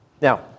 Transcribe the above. Now